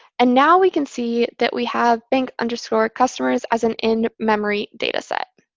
and now we can see that we have bank and so customers as an in-memory data set.